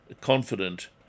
confident